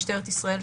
משטרת ישראל,